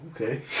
okay